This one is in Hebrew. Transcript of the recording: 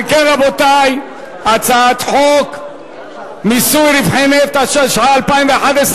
אם כן, רבותי, חוק מיסוי רווחי נפט, התשע"א 2011,